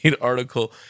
article